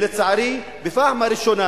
לצערי, בפעם הראשונה